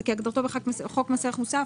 זה "כהגדרתו בחוק מס ערך מוסף",